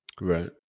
Right